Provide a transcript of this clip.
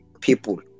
people